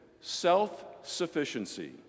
self-sufficiency